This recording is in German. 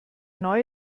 neue